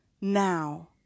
now